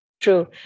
True